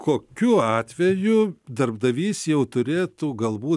kokiu atveju darbdavys jau turėtų galbūt